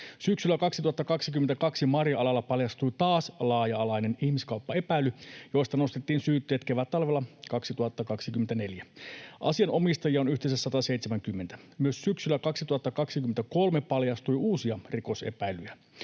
Syksyllä 2022 marja-alalla paljastui taas laaja-alainen ihmiskauppaepäily, josta nostettiin syytteet kevättalvella 2024. Asianomistajia on yhteensä 170. Myös syksyllä 2023 paljastui uusia rikosepäilyjä.